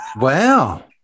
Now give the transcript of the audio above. Wow